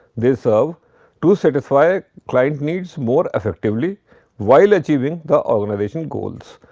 they serve to satisfy client needs more effectively while achieving the organization's goals.